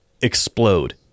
explode